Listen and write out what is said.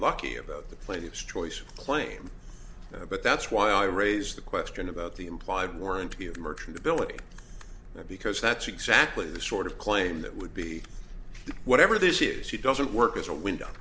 lucky about the plaintiff's choice claim but that's why i raised the question about the implied warranty of merchantability because that's exactly the sort of claim that would be whatever this is he doesn't work as a window